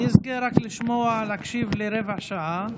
אני אזכה רק לשמוע ולהקשיב רבע שעה,